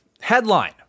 Headline